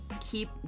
keep